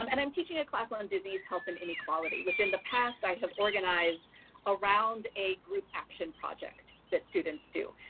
um and i'm teaching a class on disease, health, and inequality, which in the past i have organized around a group action project that students do.